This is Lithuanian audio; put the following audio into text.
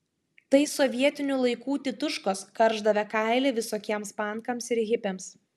tai sovietinių laikų tituškos karšdavę kailį visokiems pankams ir hipiams